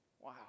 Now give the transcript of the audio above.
wow